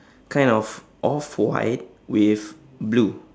kind of off white with blue